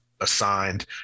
assigned